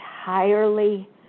entirely